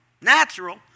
Natural